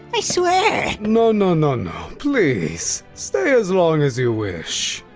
i swear? no, no no no. please, stay as long as you wish.